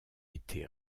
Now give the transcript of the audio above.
été